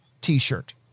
T-shirt